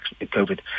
COVID